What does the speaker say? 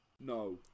No